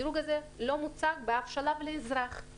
הדירוג הזה לא מוצג באף שלב לאזרח,